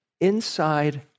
inside